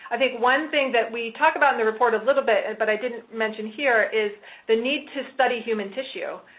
i think one thing that we talked about in the report a little bit that and but i didn't mention here is the need to study human tissue,